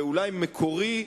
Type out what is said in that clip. ואולי מקורי,